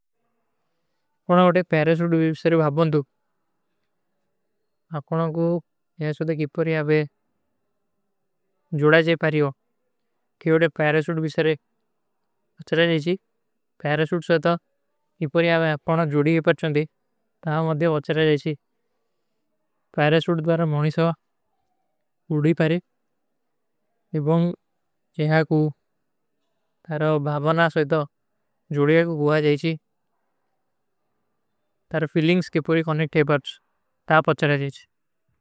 ଏକୋନା ଏକ ପୈରେଶୂଟ ଭୀ ସରେ ଭାବନ ଦୂ। ଅକୋନା କୁ ଯହାଁ ସୋଧେ କିପର ଯାବେ ଜୋଡା ଜାଏ ପାରିଯୋଂ। କିଯୋଡେ ପୈରେଶୂଟ ଭୀ ସରେ ଅଚଲା ଜାଏଚୀ। ପୈରେଶୂଟ ସୋଥା କିପର ଯାବେ ଆପକା ନା ଜୋଡୀ ଵିପର୍ଛନ ଦୀ। ତା ମଦ୍ଯା ଅଚଲା ଜାଏଚୀ। ପୈରେଶୂଟ ଭୀ ସରେ ମୋନୀ ସଵା ଉଡୀ ପାରେଖ। ଇପଂଗ ଜିହାଁ କୁ ତାରା ଭାବନା ସୋଧେ ତୋ ଜୋଡୀ ଜାଏଚୀ। ତାରା ଫିଲିଂଗ କେ ପୂରୀ କୌନେ ଠେପର ତା ଅଚଲା ଜାଏଚୀ।